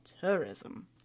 tourism